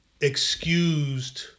excused